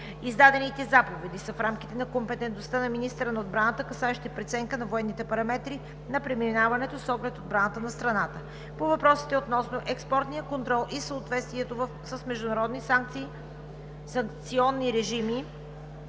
Издадените заповеди са в рамките на компетентността на министъра на отбраната, касаещи преценка на военните параметри на преминаването с оглед отбраната на страната. По въпросите относно експортния контрол и съответствието с международни санкционни режими,